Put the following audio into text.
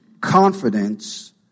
Confidence